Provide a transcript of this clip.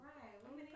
Right